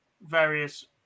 various